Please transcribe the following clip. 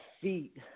feet